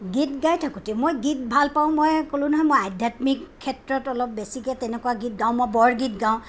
গীত গাই থাকোঁতে মই গীত ভালপাওঁ মই ক'লো নহয় মই আধ্যাত্মিক ক্ষেত্ৰত অলপ বেছিকে তেনেকুৱা গীত গাওঁ আৰু বৰগীত গাওঁ